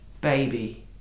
baby